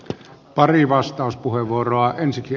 arvoisa puhemies